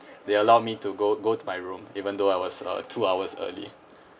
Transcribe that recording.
they allowed me to go go to my room even though I was uh two hours early